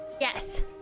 yes